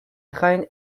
reine